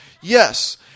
Yes